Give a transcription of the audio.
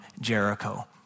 Jericho